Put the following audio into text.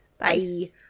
Bye